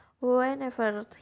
whenever